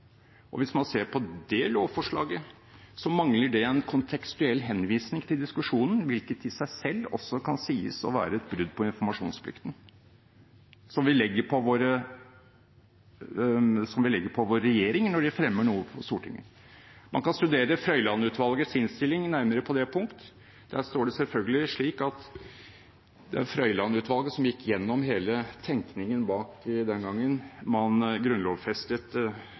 trengte. Hvis man ser på det lovforslaget, ser man at det mangler en kontekstuell henvisning til diskusjonen, hvilket i seg selv også kan sies å være et brudd på informasjonsplikten, som vi legger på vår regjering når den fremmer noe for Stortinget. Man kan studere Frøiland-utvalgets innstilling nærmere på det punkt. Det var Frøiland-utvalget som gikk igjennom hele tenkningen bak, den gangen man grunnlovfestet